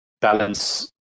balance